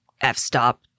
f-stop